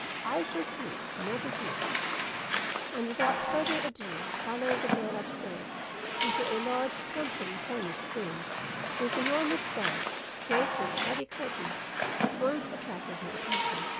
i shall sleep, never fear and without further ado followed the girl upstairs into a large clumsily furnished room whose enormous bed draped with heavy curtains at once attracted my attention.